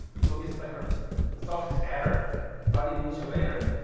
so, it's like a soft-error but in the insulator.